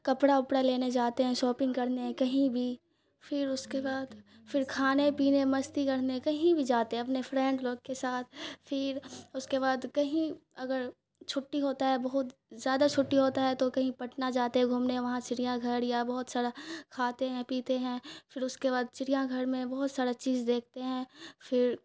کپڑا اپڑا لینے جاتے ہیں شاپنگ کرنے کہیں بھی پھر اس کے بعد پھر کھانے پینے مستی کرنے کہیں بھی جاتے ہیں اپنے فرینڈ لوگ کے ساتھ پھر اس کے بعد کہیں اگر چھٹی ہوتا ہے بہت زیادہ چھٹی ہوتا ہے تو کہیں پٹنہ جاتے ہیں گھومنے وہاں چریا گھڑ یا بہت سارا کھاتے ہیں پیتے ہیں پھر اس کے بعد چریا گھر میں بہت سارا چیز دیکھتے ہیں پھر